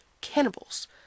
cannibals